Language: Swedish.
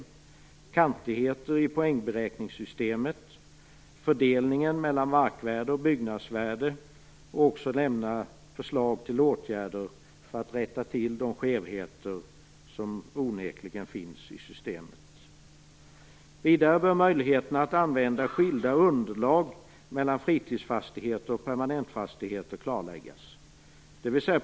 Man skall vidare analysera kantigheter i poängberäkningssystemet, fördelningen mellan markvärde och byggnadsvärde och också lämna förslag till åtgärder för att rätta till de skevheter som onekligen finns i systemet. Vidare bör möjligheterna att använda skilda underlag mellan fritidsfastigheter och permanentfastigheter klarläggas.